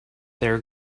there